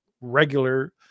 regular